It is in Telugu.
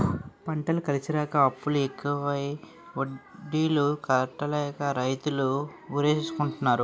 పంటలు కలిసిరాక అప్పులు ఎక్కువై వడ్డీలు కట్టలేక రైతులు ఉరేసుకుంటన్నారు